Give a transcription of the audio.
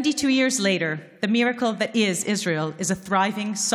72 שנים אחר כך הנס שהוא מדינת ישראל הוא דמוקרטיה